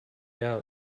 out